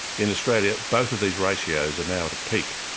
in australia, both of these ratios are now at a peak,